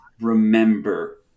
remember